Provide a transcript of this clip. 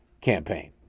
campaign